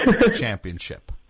championship